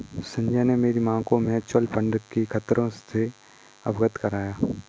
संजय ने मेरी मां को म्यूचुअल फंड के खतरों से अवगत कराया